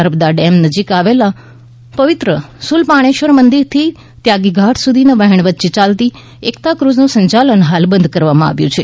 Narmada dam નજીક આવેલા પવિત્ર શુલપાણેશ્વર મંદિરથી ત્યાગી ઘાટ સુધીનાં વહેણ વચ્ચે ચાલતી એકતા ફ્રઝ નું સંચાલન હાલ બંધ કરવામાં આવ્યું છે